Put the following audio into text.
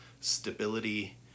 stability